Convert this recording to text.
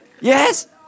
Yes